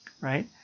Right